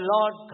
Lord